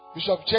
Bishop